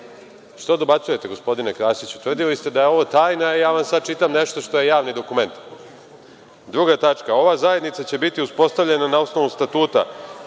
dobacujete gospodine Krasiću, tvrdili ste da je ovo tajna i ja vam sad čitam nešto što je javni dokument. Duga tačka – Ova zajednica će biti uspostavljena na osnovu statuta.